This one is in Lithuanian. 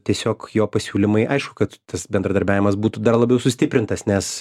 tiesiog jo pasiūlymai aišku kad tas bendradarbiavimas būtų dar labiau sustiprintas nes